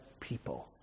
people